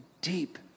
deep